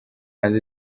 hanze